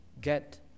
get